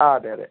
ആ അതെ അതെ